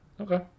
Okay